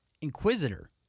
Inquisitor